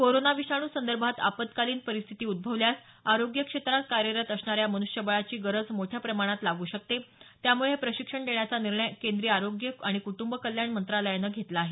corona विषाणू संदर्भात आपत्कालीन परिस्थिती उद्दवल्यास आरोग्य क्षेत्रात कार्यरत असणाऱ्या मन्ष्यबळाची गरज मोठ्या प्रमाणात लागू शकते त्यामुळे हे प्रशिक्षण देण्याचा निर्णय केंद्रीय आरोग्य आणि कुटंब कल्याण मंत्रालयानं घेतला आहे